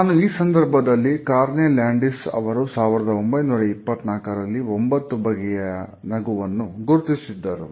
ನಾನು ಈ ಸಂದರ್ಭದಲ್ಲಿ ಕಾರ್ನೆ ಲ್ಯಾಂಡಿಸ್ ಅವರು 1924ರಲ್ಲಿ ಒಂಬತ್ತು ಬಗೆಯ ನಗುವನ್ನು ಗುರುತಿಸಿದ್ದರು